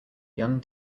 young